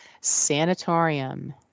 Sanatorium